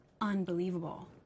unbelievable